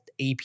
ap